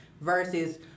versus